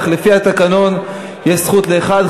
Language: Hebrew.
אך לפי התקנון יש זכות לאחד.